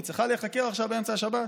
היא צריכה להיחקר עכשיו באמצע השבת?